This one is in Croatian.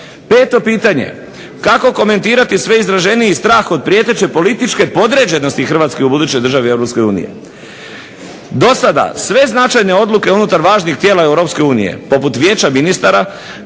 Peto pitanje, kako komentirati sve izraženiji strah od prijeteće političke podređenosti Hrvatske u budućoj državi Europskoj uniji. Do sada sve značajne odluke unutar važnih tijela Europske unije poput Vijeća ministara